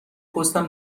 پستم